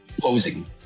posing